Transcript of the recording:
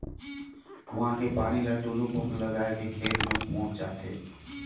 कुआं के पानी ल टूलू पंप लगाय के खेत में पहुँचाथे